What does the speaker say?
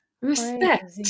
Respect